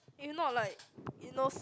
eh not like if no c~